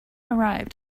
arrived